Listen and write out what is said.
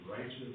righteous